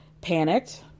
panicked